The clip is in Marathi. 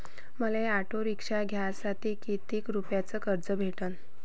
मले ऑटो रिक्षा घ्यासाठी कितीक रुपयाच कर्ज भेटनं?